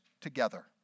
together